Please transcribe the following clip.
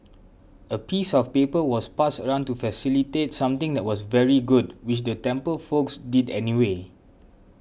a piece of paper was passed around to facilitate something that was very good which the temple folks did anyway